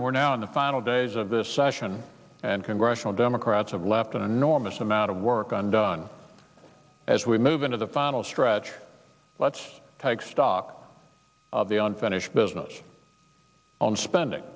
and we're now in the final days of this session and congressional democrats have left an enormous amount of work on done as we move into the final stretch let's take stock of the on fetish business on spending